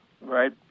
Right